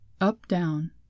up-down